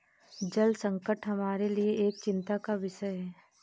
जल संकट हमारे लिए एक चिंता का विषय है